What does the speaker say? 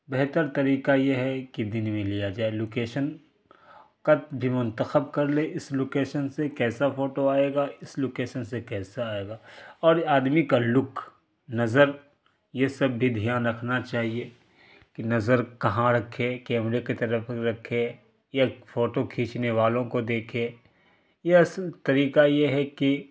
بہتر طریقہ یہ ہے کہ دن میں لیا جائے لوکیشن بھی منتخب کر لے اس لوکیشن سے کیسا فوٹو آئے گا اس لوکیسن سے کیسا آئے گا اور آدمی کا لک نظر یہ سب بھی دھیان رکھنا چاہیے کہ نظر کہاں رکھے کیمرے کے طرف رکھے یا فوٹو کھیچنے والوں کو دیکھے یا طریقہ یہ ہے کہ